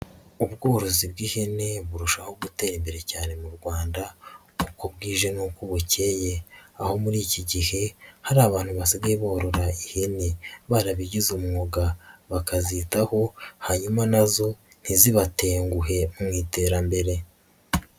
Ubworozi bw'ihene burushaho gutera imbere cyane mu Rwanda uko bwije n'uko bukeye, aho muri iki gihe hari abantu basigaye borora ihene barabigize umwuga, bakazitaho hanyuma na zo ntizibatenguhe mu iterambere.